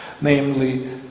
namely